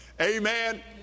Amen